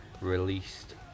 released